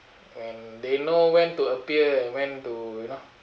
and they know when to appear and when to you know